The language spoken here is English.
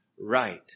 right